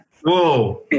Whoa